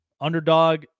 underdog